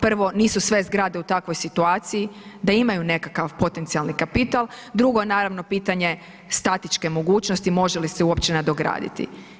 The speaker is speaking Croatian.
Prvo nisu sve zgrade u takvoj situaciji da imaju nekakav potencijalni kapital, drugo je naravno pitanje statičke mogućnosti može li se uopće nadograditi.